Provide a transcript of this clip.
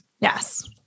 Yes